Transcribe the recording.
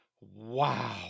Wow